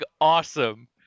awesome